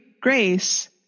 grace